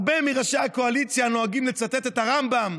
הרבה מראשי הקואליציה נוהגים לצטט את הרמב"ם,